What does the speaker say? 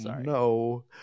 no